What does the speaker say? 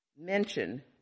mention